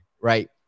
right